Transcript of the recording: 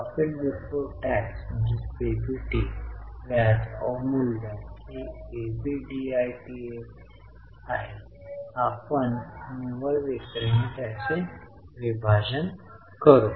Profit Before Tax PBT व्याज अवमूल्यन ही EBDITA आहे आपण निव्वळ विक्रीने त्याचे विभाजन करू